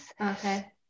Okay